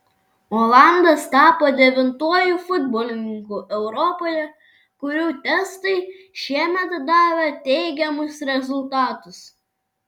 olandas tapo devintuoju futbolininku europoje kurių testai šiemet davė teigiamus rezultatus